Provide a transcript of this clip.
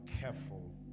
careful